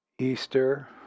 Easter